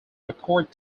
record